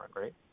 right